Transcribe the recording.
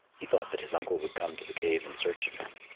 he thought that his uncle would come to the cave in search of him.